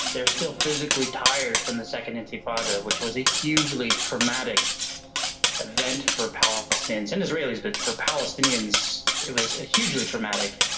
they're still physically tired from the second intifada, which was a hugely traumatic event for palestinians and israelis, but for palestinians it was hugely traumatic.